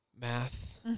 math